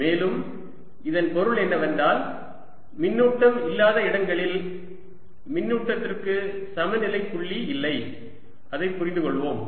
மேலும் இதன் பொருள் என்னவென்றால் மின்னூட்டம் இல்லாத இடங்களில் மின்னூட்டத்திற்கு சமநிலை புள்ளி இல்லை அதைப் புரிந்து கொள்வோம்